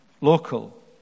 local